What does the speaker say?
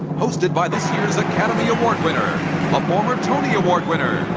hosted by this year's academy award winner, a former tony award winner,